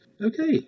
Okay